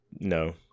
No